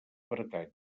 bretanya